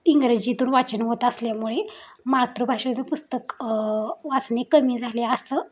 इंग्रजीतून वाचन होत असल्यामुळे मातृभाषेचं पुस्तक वाचणे कमी झाले असं